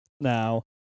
Now